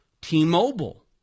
T-Mobile